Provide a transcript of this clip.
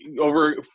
over